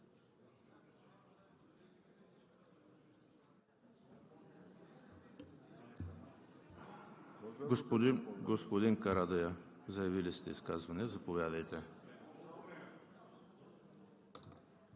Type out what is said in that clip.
Господин Карадайъ, заявили сте изказване – заповядайте.